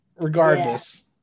regardless